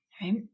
right